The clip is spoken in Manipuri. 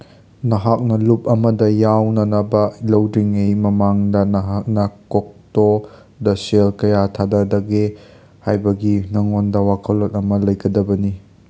ꯅꯍꯥꯛꯅ ꯂꯨꯞ ꯑꯃꯗ ꯌꯥꯎꯅꯅꯕ ꯂꯧꯗ꯭ꯔꯤꯉꯩ ꯃꯃꯥꯡꯗ ꯅꯍꯥꯛꯅ ꯀꯣꯛꯇꯣꯗ ꯁꯦꯜ ꯀꯌꯥ ꯊꯥꯗꯗꯒꯦ ꯍꯥꯏꯕꯒꯤ ꯅꯪꯉꯣꯟꯗ ꯋꯥꯈꯜꯂꯣꯟ ꯑꯃ ꯂꯩꯒꯗꯕꯅꯤ